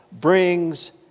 brings